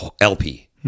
LP